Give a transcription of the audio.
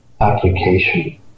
application